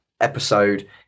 episode